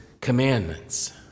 commandments